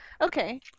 Okay